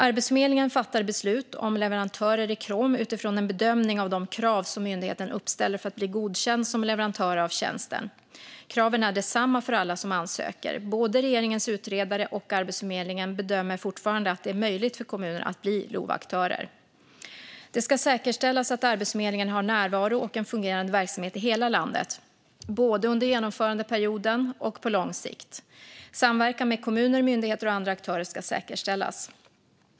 Arbetsförmedlingen fattar beslut om leverantörer i Krom utifrån en bedömning av de krav som myndigheten uppställer för att bli godkänd som leverantörer av tjänsten. Kraven är desamma för alla som ansöker. Både regeringens utredare och Arbetsförmedlingen bedömer fortfarande att det är möjligt för kommuner att bli LOV-aktörer. Det ska säkerställas att Arbetsförmedlingen har närvaro och en fungerande verksamhet i hela landet, både under genomförandeperioden och på lång sikt. Samverkan med kommuner, myndigheter och andra aktörer ska säkerställas.